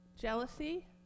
Jealousy